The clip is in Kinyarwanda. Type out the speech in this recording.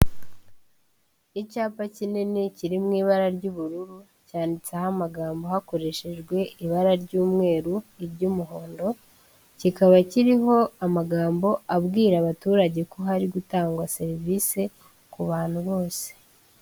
Icyapa kinini kiri mu ibara ry'ubururu cyanditseho amagambo hakoreshejwe ibara ry'umweru iry'umuhondo kikaba kiriho amagambo abwira abaturage ko hari gutangwa serivisi ku bantu bose.